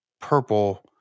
purple